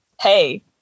Hey